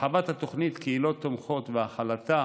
הרחבת התוכנית קהילות תומכות והחלתה